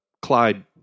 Clyde